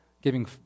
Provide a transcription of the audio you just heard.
giving